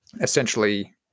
essentially